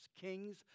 kings